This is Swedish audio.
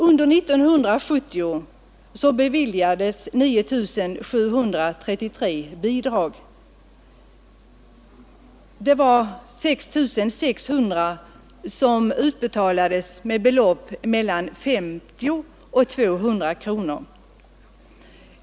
Under 1970 beviljades bidrag till 9 733 resor, och till 6 600 av dem utbetalades belopp mellan 50 och 200 kronor.